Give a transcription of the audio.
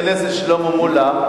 תיכף ייכנס שלמה מולה,